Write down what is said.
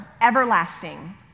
everlasting